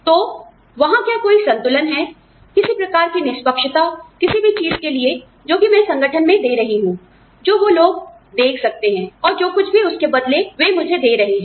तो वहाँ क्या कोई संतुलन है किसी प्रकार की निष्पक्षता किसी भी चीज के लिए जो कि मैं संगठन में दे रही हूं जो वो लोग देख सकते हैं और जो कुछ भी उसके बदले में वह मुझे दे रहे हैं